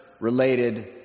related